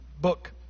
book